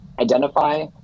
identify